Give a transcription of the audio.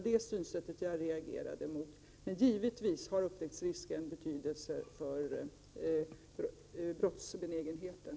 Upptäcktsrisken har givetvis betydelse för brottsbenägenheten.